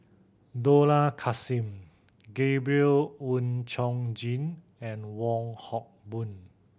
Dollah Kassim Gabriel Oon Chong Jin and Wong Hock Boon